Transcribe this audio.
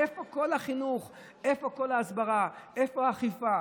איפה כל החינוך, איפה כל ההסברה, איפה האכיפה.